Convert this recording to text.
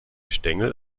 stängel